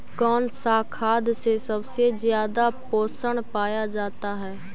कौन सा खाद मे सबसे ज्यादा पोषण पाया जाता है?